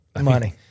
Money